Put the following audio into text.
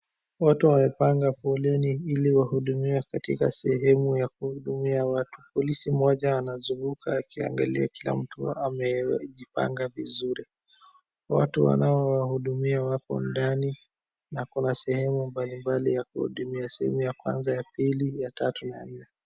Watu wamepanga foleni ili wahudumiwe katika sehemu ya kuhudumia watu. Polisi mmoja anazunguka akiangalia kila mtu amejipanga vizuri. Watu wanaowahudumia wako ndani, na kuna sehemu mbelimbali ya kuhudumia. Ya kwanza, ya pili, ya tatu na ya nne.